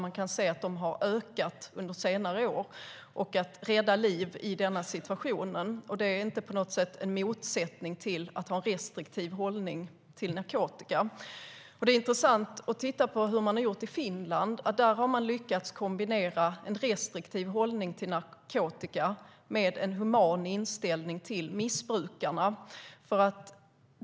Man kan se att de har ökat under senare år. Det handlar om att rädda liv i denna situation. Det är inte på något sätt en motsättning till att ha en restriktiv hållning till narkotika. Det är intressant att titta på hur man har gjort i Finland. Där har man lyckats kombinera en restriktiv hållning till narkotika med en human inställning till missbrukarna.